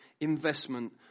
investment